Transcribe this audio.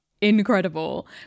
incredible